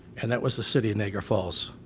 and that was the city of niagara falls.